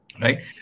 Right